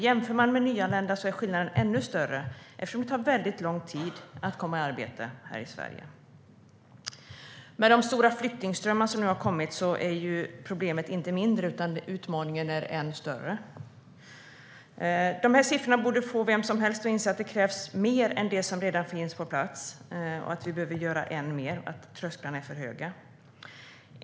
Jämfört med nyanlända är skillnaden ännu större, eftersom det tar väldigt lång tid att komma i arbete här i Sverige. Med de stora flyktingströmmar som nu har kommit blir problemet inte mindre, utan utmaningen blir än större. De här siffrorna borde få vem som helst att inse att det krävs mer än det som redan finns på plats, att vi behöver göra än mer och att trösklarna är för höga.